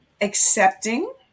accepting